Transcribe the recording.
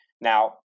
Now